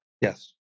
Yes